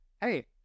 hey